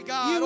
God